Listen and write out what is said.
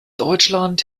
deutschland